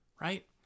right